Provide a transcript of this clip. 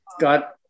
got